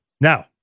Now